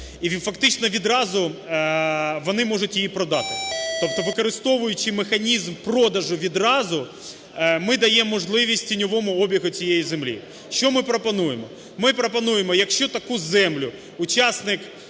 І фактично відразу вони можуть її продати. Тобто використовуючи механізм продажу відразу, ми даємо можливість тіньовому обігу цієї землі. Що ми пропонуємо? Ми пропонуємо, якщо таку землю учасник